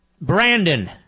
Brandon